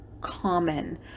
common